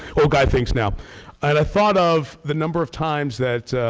old guy things now. and i thought of the number of times that